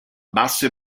basso